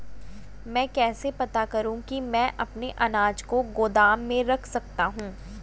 मैं कैसे पता करूँ कि मैं अपने अनाज को गोदाम में रख सकता हूँ?